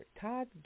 Todd